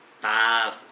Five